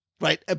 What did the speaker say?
right